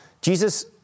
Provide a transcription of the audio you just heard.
Jesus